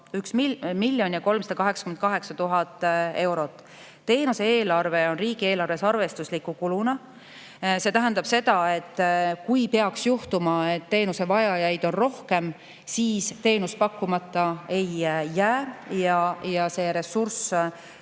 1 388 000 eurot. Teenuse eelarve on riigieelarves arvestusliku kuluna. See tähendab seda, et kui peaks juhtuma, et teenuse vajajaid on rohkem, siis teenus pakkumata ei jää ja see ressurss